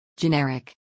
generic